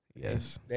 Yes